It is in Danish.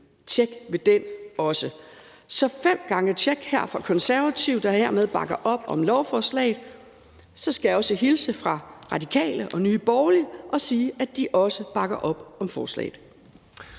tjek ved den. Så vi sætter fem gange tjek her fra Konservative, der hermed bakker op om lovforslaget. Så skal jeg også hilse fra Radikale og Nye Borgerlige og sige, at de også bakker op om forslaget.